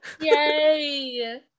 Yay